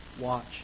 watch